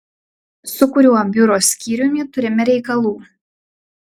su kuriuo biuro skyriumi turime reikalų